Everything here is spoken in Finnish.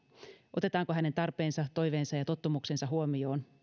otetaanko hänen tarpeensa toiveensa ja tottumuksensa huomioon